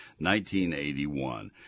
1981